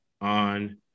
on